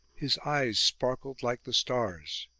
his eyes sparkled like the stars,